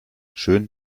schön